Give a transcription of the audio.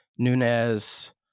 Nunez